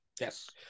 Yes